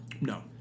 No